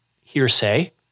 hearsay